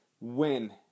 win